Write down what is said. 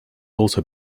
also